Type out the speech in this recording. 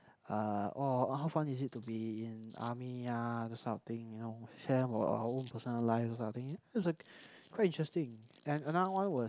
uh orh how fun is it to be in army ah in those type of thing you know share about your own personal life lah quite interesting and another one was